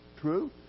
true